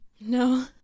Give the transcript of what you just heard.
no